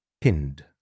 pinned